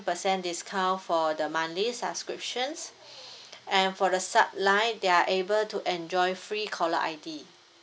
percent discount for the monthly subscriptions and for the subline they are able to enjoy free caller I_D